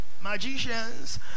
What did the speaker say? magicians